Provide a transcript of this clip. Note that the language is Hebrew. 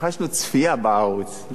רכשנו צפייה בערוץ,